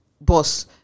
boss